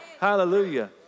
Hallelujah